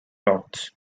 lots